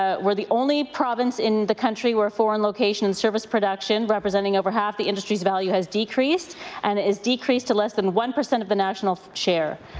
ah we're the only province in the country where foreign location and service production representing over half the industry's value has decreased and it has decreased to less than one percent of the national chair. share.